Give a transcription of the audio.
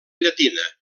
llatina